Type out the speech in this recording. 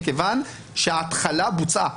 מכיוון שההתחלה בוצעה,